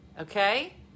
okay